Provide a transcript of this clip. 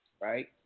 right